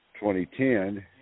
2010